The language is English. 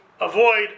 avoid